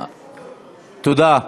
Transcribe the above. תודה.